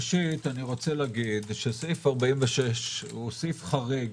ראשית, סעיף 46 הוא סעיף חריג